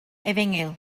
efengyl